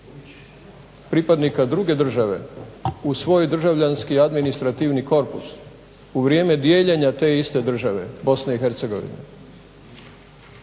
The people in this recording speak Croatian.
pripadnika druge države u svoj državljanski administrativni korpus u vrijeme dijeljenja te iste države Bosne i Hercegovine